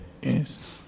Yes